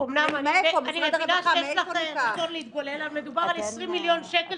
אמנם --- אני מבינה שיש לך רצון --- מדובר על 20 מיליון שקל